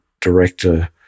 director